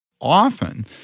Often